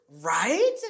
Right